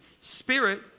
spirit